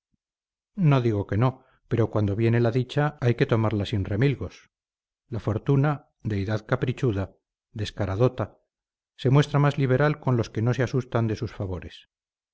no digo que no pero cuando viene la dicha hay que tomarla sin remilgos la fortuna deidad caprichuda descaradota se muestra más liberal con los que no se asustan de sus favores